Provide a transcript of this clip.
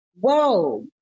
whoa